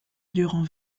durant